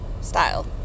style